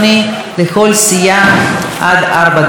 לכל סיעה עד ארבע דקות,